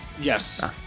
Yes